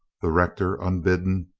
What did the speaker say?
the rector, unbidden,